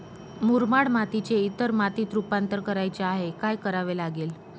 मुरमाड मातीचे इतर मातीत रुपांतर करायचे आहे, काय करावे लागेल?